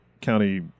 county